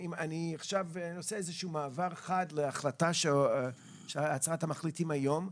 אני עושה מעבר חד להחלטה שעצרה את המחליטים היום,